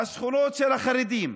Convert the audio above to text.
השכונות של החרדים,